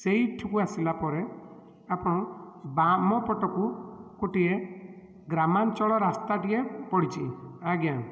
ସେଇଠିକୁ ଆସିଲାପରେ ଆପଣ ବାମ ପଟକୁ ଗୋଟିଏ ଗ୍ରାମାଞ୍ଚଳ ରାସ୍ତାଟିଏ ପଡ଼ିଛି ଆଜ୍ଞା